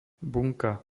bunka